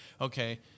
okay